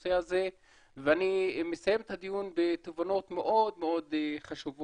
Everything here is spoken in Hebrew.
בנושא הזה ואני מסיים את הדיון בתובנות מאוד מאוד חשובות.